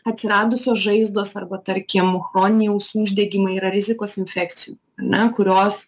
atsiradusios žaizdos arba tarkim chroniniai ausų uždegimai yra rizikos infekcijų ar ne kurios